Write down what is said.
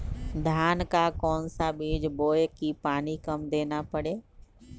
धान का कौन सा बीज बोय की पानी कम देना परे?